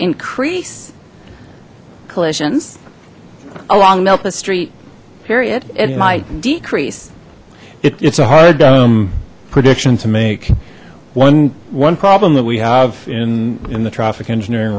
increase collisions along milpas street period it might decrease it's a hard prediction to make one one problem that we have in in the traffic engineering